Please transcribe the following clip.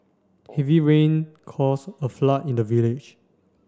heavy rain cause a flood in the village